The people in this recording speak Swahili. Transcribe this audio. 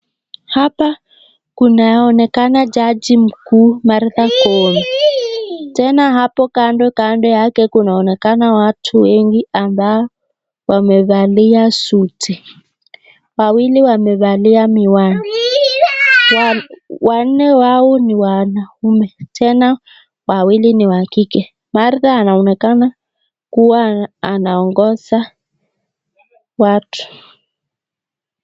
Hapa kunaonekana jaji mkuu Martha Koome. Tena hapo kando kando yake kunaonekana watu wengi ambao wamevalia suti. Wawili wamevalia miwani. Wanne wao ni wanaume, tena wawili ni wa kike. Martha anaonekana kuwa anaongoza watu.